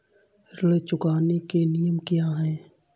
ऋण चुकाने के नियम क्या हैं?